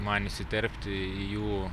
man įsiterpti į jų